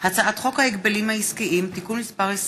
הצעת חוק ההגבלים העסקיים (תיקון מס' 20)